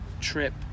trip